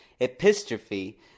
Epistrophe